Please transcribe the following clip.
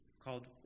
called